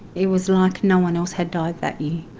it was like no-one else had died that year.